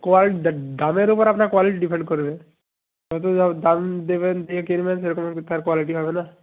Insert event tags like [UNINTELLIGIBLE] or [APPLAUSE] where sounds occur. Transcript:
quality দামের উপর আপনার কোয়ালিটি ডিপেন্ড করবে যত দাম দেবেন দিয়ে কিনবেন সেরকম [UNINTELLIGIBLE] তার কোয়ালিটি হবে না